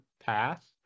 path